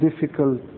difficult